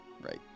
Right